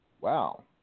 Wow